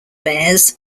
bears